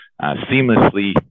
seamlessly